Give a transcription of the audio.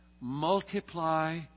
multiply